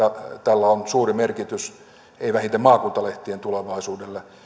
tällä on suuri merkitys ei vähiten maakuntalehtien tulevaisuudelle